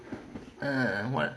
uh what